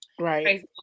Right